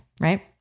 right